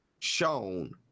shown